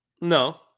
no